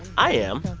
i am.